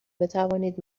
بتوانید